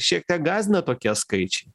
šiek tiek gąsdina tokia skaičiai